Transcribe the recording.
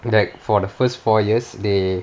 correct for the first four years they